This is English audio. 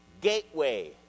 gateway